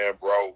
bro